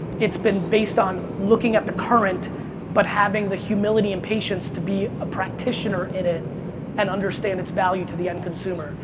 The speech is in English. it's been based on looking at the current but having the humility and patience to be a practitioner in it and understand its value to the end consumer.